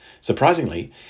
Surprisingly